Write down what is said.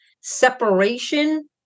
separation